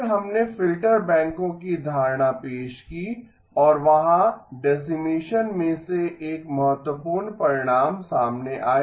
फिर हमने फिल्टर बैंकों की धारणा पेश की और वहाँ डेसीमेसन मे से एक महत्वपूर्ण परिणाम सामने आया